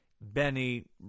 Benny